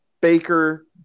Baker